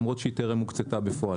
למרות שהיא טרם הוקצתה בפועל.